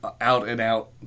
out-and-out